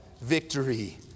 victory